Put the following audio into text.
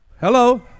Hello